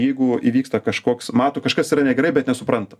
jeigu įvyksta kažkoks mato kažkas yra negerai bet nesupranta